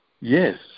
yes